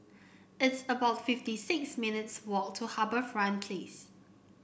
it's about fifty six minutes' walk to HarbourFront Place